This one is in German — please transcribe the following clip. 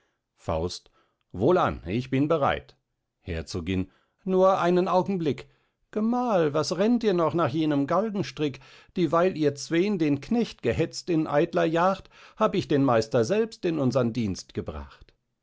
faust wohlan ich bin bereit herzogin nur einen augenblick gemahl was rennt ihr noch nach jenem galgenstrick dieweil ihr zwen den knecht gehetzt in eitler jagd hab ich den meister selbst in unsern dienst gebracht